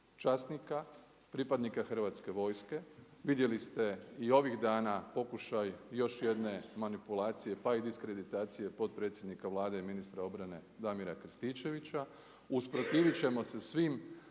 časnika, pripadnika Hrvatske vojske. Vidjeli ste i ovih dana pokušaj još jedne manipulacije pa i diskreditacije potpredsjednika Vlade i ministra obrane Damira Krstičevića, usprotivit ćemo se svim